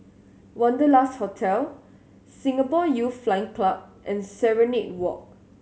Wanderlust Hotel Singapore Youth Flying Club and Serenade Walk